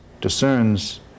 discerns